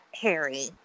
Harry